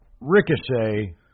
Ricochet